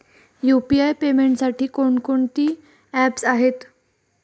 UPI पेमेंटसाठी कोणकोणती apps आहेत?